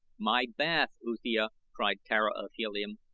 my bath, uthia! cried tara of helium.